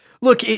look